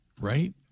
Right